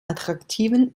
attraktiven